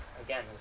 again